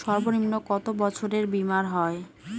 সর্বনিম্ন কত বছরের বীমার হয়?